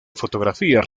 fotografías